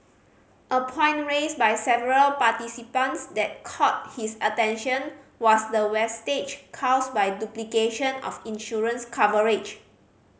a point raised by several participants that caught his attention was the wastage caused by duplication of insurance coverage